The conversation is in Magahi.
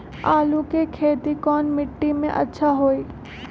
आलु के खेती कौन मिट्टी में अच्छा होइ?